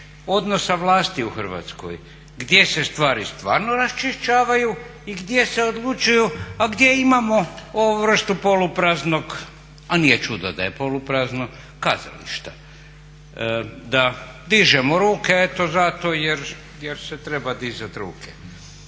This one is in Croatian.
odnosa vlasti u Hrvatskoj, gdje se stvari stvarno raščišćavaju i gdje se odlučuju, a gdje imamo ovu vrstu polupraznog a nije čudo da je poluprazno, kazališta, da dižemo ruke eto zato jer se treba dizat ruke.